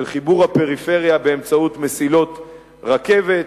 של חיבור הפריפריה באמצעות מסילות רכבת.